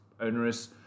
onerous